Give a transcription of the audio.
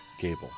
Gable